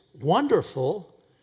wonderful